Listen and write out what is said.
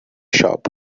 shop